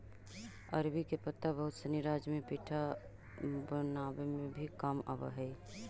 अरबी के पत्ता बहुत सनी राज्य में पीठा बनावे में भी काम आवऽ हई